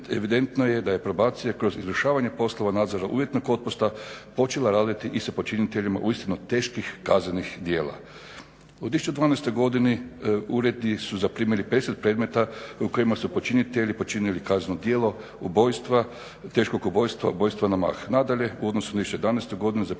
evidentno je da je probacija kroz izvršavanje poslova nadzora uvjetnog otpusta počela raditi i sa počiniteljima uistinu teških kaznenih djela. U 2012.godini uredi su zaprimili 50 predmeta u kojima su počinitelji počinili kaznenog djelo ubojstva, teškog ubojstva, ubojstva na mah. Nadalje, u odnosu na 2011.godinu zaprimljeni